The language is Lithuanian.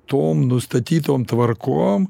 tom nustatytom tvarkom